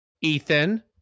Ethan